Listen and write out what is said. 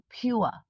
pure